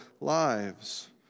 lives